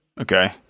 Okay